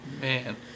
Man